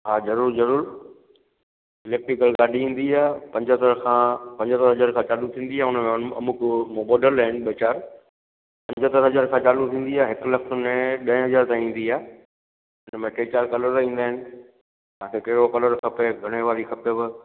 हा ज़रूरु ज़रूरु इलेक्ट्रिकल गाॾी ईंदी आहे पंजहतरि खां पंजहत्तरि हज़ार खां चालू थींदी आहे उन में अमुख मॉडल आहिनि ॿ चारि पंजहतरि हज़ार खां चालू थींदी आहे हिकु लख में ॾह हज़ार ताईं ईंदी आहे तंहिंमे टे चारि कलर ईंदा आहिनि कहिड़ो कलर खपे घणे वारी खपेव